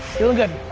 feeling good.